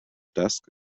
desk